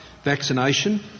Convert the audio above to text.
vaccination